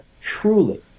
truly